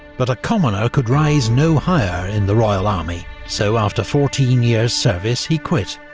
but a commoner could rise no higher in the royal army, so after fourteen years' service, he quit.